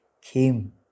came